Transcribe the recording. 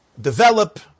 develop